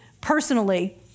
personally